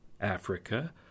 Africa